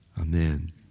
amen